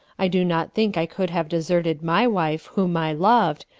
i do not think i could have deserted my wife, whom i loved,